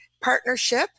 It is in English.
partnership